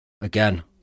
Again